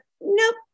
nope